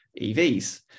evs